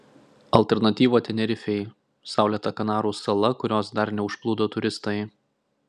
alternatyva tenerifei saulėta kanarų sala kurios dar neužplūdo turistai